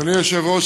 אדוני היושב-ראש,